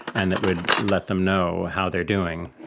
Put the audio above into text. and that would let them know how they are doing.